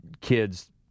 kid's